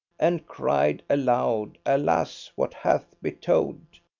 and cried aloud alas! what hath betode?